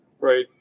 right